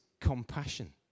compassion